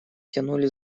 тянули